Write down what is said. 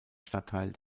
stadtteil